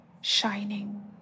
Shining